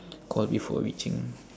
call before reaching